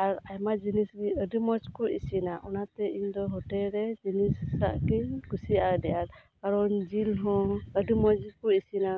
ᱟᱨ ᱟᱭᱢᱟ ᱡᱤᱱᱤᱥ ᱜᱮ ᱟᱹᱰᱤ ᱢᱚᱸᱡ ᱠᱚ ᱤᱥᱤᱱᱟ ᱚᱱᱟᱛᱮ ᱤᱧ ᱫᱚ ᱦᱳᱴᱮᱞ ᱨᱮ ᱡᱚᱢᱟᱜ ᱜᱤᱧ ᱠᱩᱥᱤᱭᱟᱜᱼᱟ ᱟᱹᱰᱤ ᱟᱸᱴ ᱠᱟᱨᱚᱱ ᱡᱤᱞ ᱦᱚᱸ ᱟᱹᱰᱤ ᱢᱚᱸᱡ ᱠᱚ ᱤᱥᱤᱱᱟ